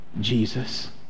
Jesus